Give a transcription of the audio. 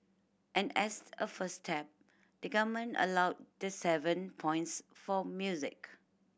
and as a first step the Government allowed the seven points for music